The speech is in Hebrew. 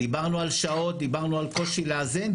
דיברנו על שעות, דיברנו על קושי לאזן.